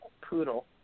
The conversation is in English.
poodle